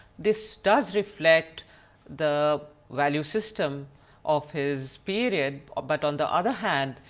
this does reflect the value system of his period, but on the other hand,